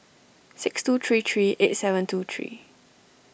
six two three three eight seven two three